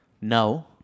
no